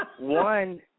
One